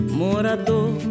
morador